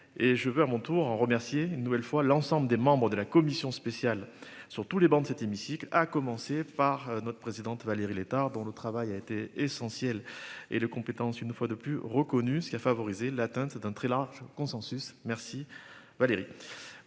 je veux à mon tour à remercier une nouvelle fois l'ensemble des membres de la commission spéciale sur tous les bancs de cet hémicycle, à commencer par notre présidente Valérie Létard dont le travail a été essentiel et le compétences une fois de plus reconnu ce qui a favorisé l'atteinte. C'est un très large consensus. Merci Valérie.